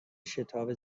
شتاب